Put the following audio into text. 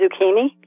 zucchini